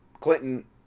Clinton